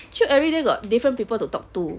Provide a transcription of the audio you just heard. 去 everyday got different people to talk to